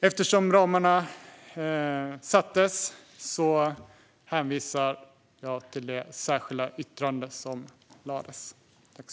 Eftersom ramarna har satts hänvisar jag till det särskilda yttrande som lagts fram.